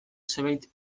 zerbait